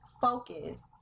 focus